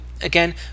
again